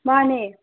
ꯃꯥꯟꯅꯦ